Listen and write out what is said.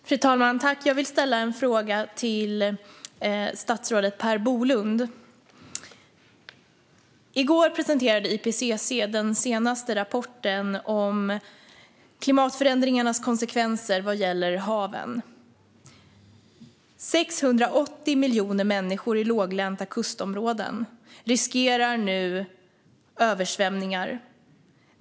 Fru talman! Jag vill ställa en fråga till statsrådet Per Bolund. I går presenterade IPCC den senaste rapporten om klimatförändringarnas konsekvenser vad gäller haven. Det är 680 miljoner människor i låglänta kustområden som nu riskerar att drabbas av översvämningar.